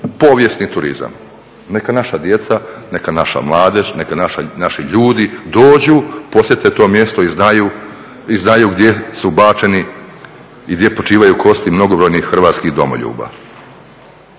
povijesni turizam. Neka naša djeca, neka naša mladež, neka naši ljudi dođu, posjete to mjesto i znaju gdje su bačeni i gdje počivaju kosti mnogobrojnih hrvatskih domoljuba.